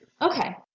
Okay